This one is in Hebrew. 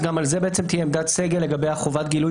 גם על זה בעצם תהיה עמדת סגל לגבי חובת הגילוי